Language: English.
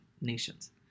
nations